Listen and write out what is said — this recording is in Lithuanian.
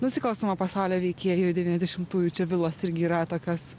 nusikalstamo pasaulio veikėjų devyniasdešimtųjų čia vilos irgi yra tokios